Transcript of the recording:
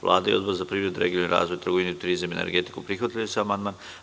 Vlada i Odbor za privredu i regionalni razvoj, trgovinu i turizam i energetiku prihvatili su amandman.